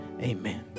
Amen